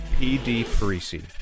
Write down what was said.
pdparisi